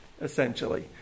essentially